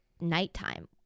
nighttime